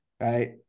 right